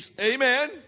Amen